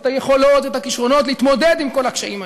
את היכולות ואת הכישרונות להתמודד עם כל הקשיים האלה.